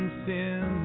sin